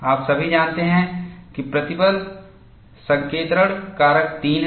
आप सभी जानते हैं कि प्रतिबल संकेंद्रण कारक 3 है